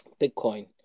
Bitcoin